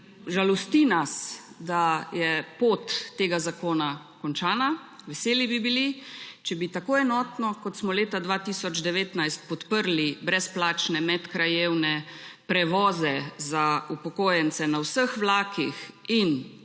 Žalosti nas, da je pot tega zakona končana, veseli bi bili, če bi tako enotno, kot smo leta 2019 podprli brezplačne medkrajevne prevoze za upokojence na vseh vlakih in